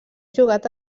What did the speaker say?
jugat